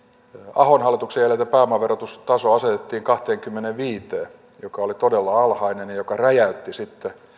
ahon hallituksen jäljiltä pääomaverotustaso asetettiin kahteenkymmeneenviiteen prosenttiin joka oli todella alhainen ja joka räjäytti sitten